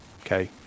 okay